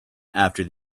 after